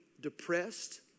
depressed